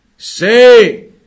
Say